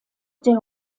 der